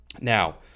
Now